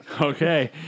Okay